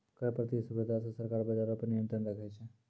कर प्रतिस्पर्धा से सरकार बजारो पे नियंत्रण राखै छै